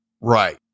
Right